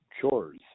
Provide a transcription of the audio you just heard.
chores